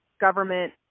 government